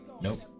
Nope